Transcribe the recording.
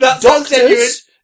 doctors